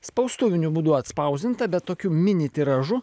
spaustuviniu būdu atspausdinta bet tokiu mini tiražu